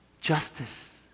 Justice